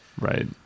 Right